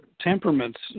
temperaments